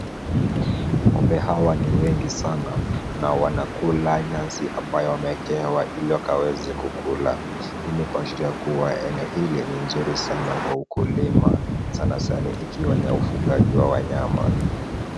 Ng'ombe hawa ni wengi sana na wanakula nyasi ambayo wameekewa ili wakaweze kukula. Hii ni kuashiria kuwa eneo hili ni nzuri sana kwa ukulima sanasana ikiwa ni ya ufugaji wa wanyama.